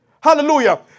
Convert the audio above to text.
Hallelujah